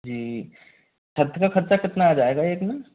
जी फर्श खर्चा कितना आ जाएगा एक में